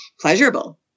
pleasurable